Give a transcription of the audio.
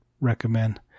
recommend